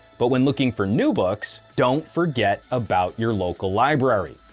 but when looking for new books, don't forget about your local library.